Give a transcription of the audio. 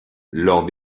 lors